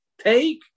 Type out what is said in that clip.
take